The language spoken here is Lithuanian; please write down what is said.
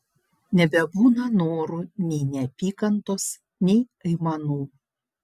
nebebūna norų nei neapykantos nei aimanų